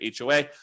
HOA